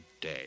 day